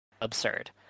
absurd